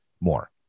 more